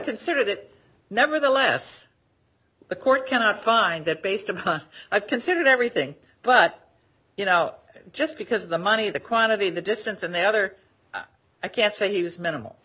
considered it nevertheless the court cannot find that based upon i've considered everything but you know just because the money the quantity the distance and the other i can't say he was minimal